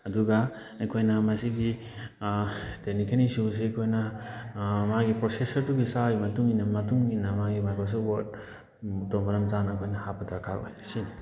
ꯑꯗꯨꯒ ꯑꯩꯈꯣꯏꯅ ꯃꯁꯤꯒꯤ ꯇꯦꯛꯅꯤꯀꯦꯜ ꯏꯁꯨꯁꯦ ꯑꯩꯈꯣꯏꯅ ꯃꯥꯒꯤ ꯄ꯭ꯔꯣꯁꯦꯁꯁꯔꯗꯨꯒꯤ ꯆꯥꯔꯤꯕ ꯃꯇꯨꯡ ꯏꯟꯅ ꯃꯇꯨꯡ ꯏꯟꯅ ꯃꯥꯒꯤ ꯃꯥꯏꯀ꯭ꯔꯣꯁꯣꯞ ꯋꯥꯔꯗ ꯇꯣ ꯃꯔꯝ ꯆꯥꯅ ꯑꯩꯈꯣꯏꯅ ꯍꯥꯞꯄ ꯗꯔꯀꯥꯔ ꯑꯣꯏ ꯁꯤꯅꯤ